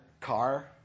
car